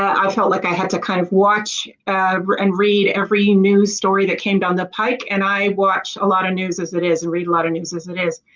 i felt like i had to kind of watch and read every news story that came down the pike and i watch a lot of news as it is read a lot of news as it is